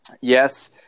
yes